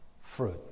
fruit